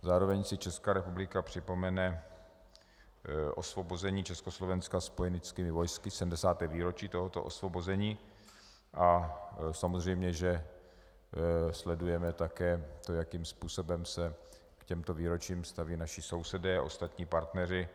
Zároveň si Česká republika připomene osvobození Československa spojeneckými vojsky, 70. výročí tohoto osvobození, a samozřejmě že sledujeme to, jakým způsobem se k těmto výročím staví naši sousedé a ostatní partneři.